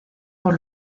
por